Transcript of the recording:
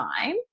time